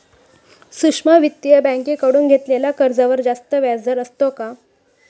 सूक्ष्म वित्तीय बँकेकडून घेतलेल्या कर्जावर जास्त व्याजदर असतो का?